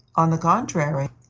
on the contrary,